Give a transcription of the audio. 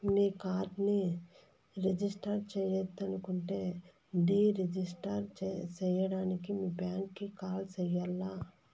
మీ కార్డుని రిజిస్టర్ చెయ్యొద్దనుకుంటే deregister సేయడానికి మీ బ్యాంకీకి కాల్ సెయ్యాల్ల